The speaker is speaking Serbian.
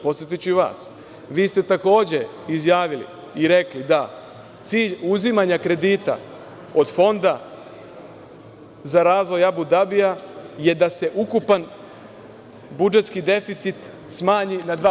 Podsetiću i vas, vi ste takođe izjavili i rekli da cilj uzimanja kredita od Fonda za razvoj Abu Dabija je da se ukupan budžetski deficit smanji na 2%